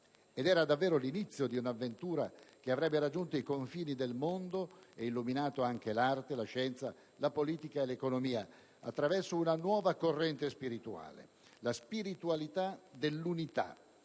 Era davvero l'inizio di un'avventura che avrebbe raggiunto i confini del mondo e illuminato anche l'arte, la scienza, la politica e l'economia, attraverso una nuova corrente spirituale - la spiritualità dell'unità